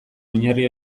oinarri